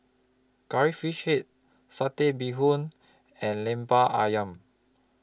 Curry Fish Head Satay Bee Hoon and Lemper Ayam